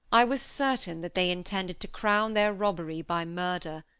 i was certain that they intended to crown their robbery by murder.